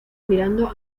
mirando